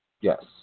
Yes